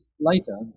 later